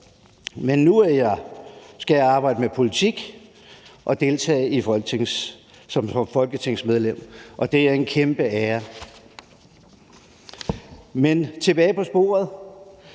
Men nu skal jeg arbejde med politik og deltage som folketingsmedlem, og det er en kæmpe ære. Men jeg vil tilbage på sporet.